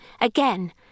Again